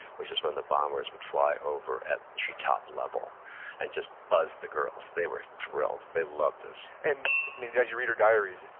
which is when the bombers would fly over at treetop level and just buzz the girls. they were thrilled, they loved this and as you read her diaries,